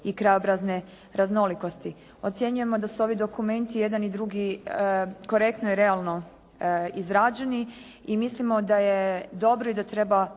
i krajobrazne raznolikosti. Ocjenjujemo da su ovi dokumenti jedan i drugi korektno i realno izrađeni i mislimo da je dobro i da treba